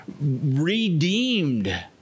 redeemed